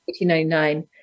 1899